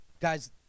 Guys